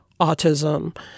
autism